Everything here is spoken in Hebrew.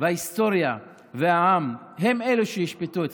ההיסטוריה והעם הם שישפטו אתכם.